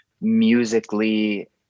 musically